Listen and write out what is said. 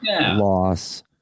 loss